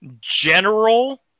general